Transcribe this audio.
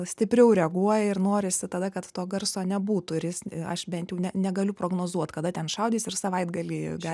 stipriau reaguoja ir norisi tada kad to garso nebūtų ir jis aš bent jau ne negaliu prognozuot kada ten šaudys ir savaitgalį ga